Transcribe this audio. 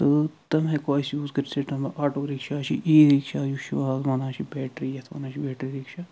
تہٕ تِم ہیٚکو أسۍ یوٗز کٔرِتھ آٹوٗ رِکشا چھِ اِی رِکشا یُس چھُ ہال ونان چھِ بیٚٹری یتھ ونان چھِ بیٹری رِکشا